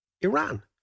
Iran